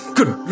Good